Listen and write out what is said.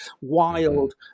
wild